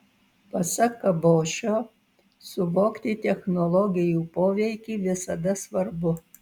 pasak kabošio suvokti technologijų poveikį visada svarbu